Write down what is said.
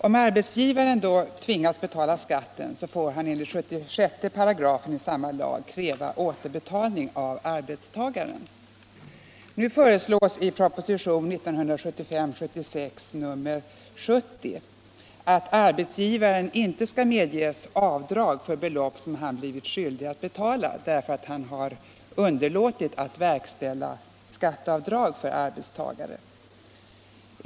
Om arbetsgivaren då tvingas betala skatten får han enligt 76 § i samma lag kräva återbetalning av arbetstagaren. Nu föreslås i propositionen 1975/76:70 att arbetsgivaren inte skall medges avdrag för belopp som han blivit skyldig att betala därför att han har underlåtit att verkställa skatteavdrag för arbetstagare.